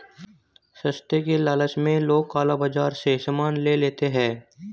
सस्ते के लालच में लोग काला बाजार से सामान ले लेते हैं